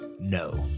No